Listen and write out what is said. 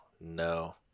no